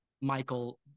michael